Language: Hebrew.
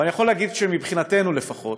אבל אני יכול להגיד שמבחינתנו לפחות